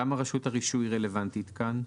למה רשות הרישוי רלוונטית כאן?